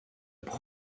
boy